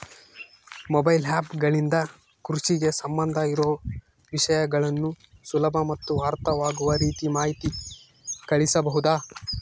Mobile app ಗಳಿಂದ ಕೃಷಿಗೆ ಸಂಬಂಧ ಇರೊ ವಿಷಯಗಳನ್ನು ಸುಲಭ ಮತ್ತು ಅರ್ಥವಾಗುವ ರೇತಿ ಮಾಹಿತಿ ಕಳಿಸಬಹುದಾ?